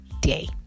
day